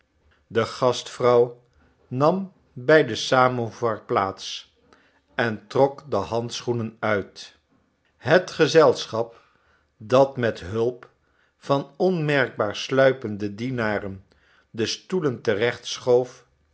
de gastvrouw nam bij den samovar plaats en trok de handschoenen uit het gezelschap dat met hulp van onmerkbaar sluipende dienaren de stoelen terecht schoof